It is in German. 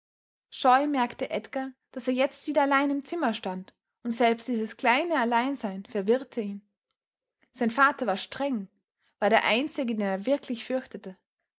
scheu merkte edgar daß er jetzt wieder allein im zimmer stand und selbst dieses kleine alleinsein verwirrte ihn sein vater war streng war der einzige den er wirklich fürchtete